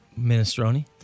Minestrone